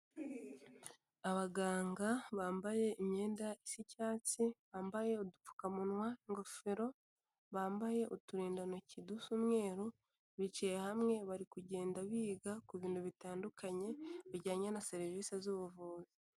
Abaganga bambaye imyenda isa icyatsi, bambaye udupfukamunwa, ingofero, bambaye uturindantoki dusa umweru, bicaye hamwe bari kugenda biga ku bintu bitandukanye bijyanye na serivisi z'ubuvuzi.